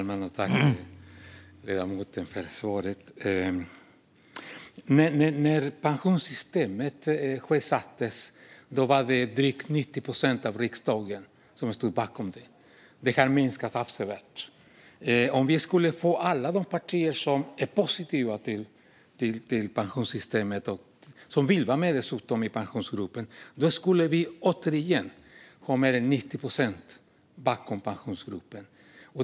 Herr talman! När pensionssystemet sjösattes stod drygt 90 procent av riksdagen bakom det. Det har minskat avsevärt. Om vi fick in alla de partier som är positiva till pensionssystemet och som dessutom vill vara med i Pensionsgruppen skulle vi återigen få 90 procent som stod bakom den.